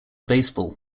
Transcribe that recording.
baseball